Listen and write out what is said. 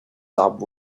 saab